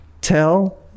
tell